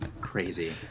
Crazy